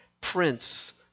Prince